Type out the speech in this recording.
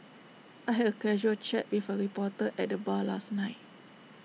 I had A casual chat with A reporter at the bar last night